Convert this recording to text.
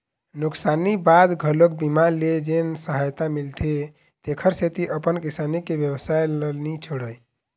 नुकसानी बाद घलोक बीमा ले जेन सहायता मिलथे तेखर सेती अपन किसानी के बेवसाय ल नी छोड़य